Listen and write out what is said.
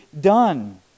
done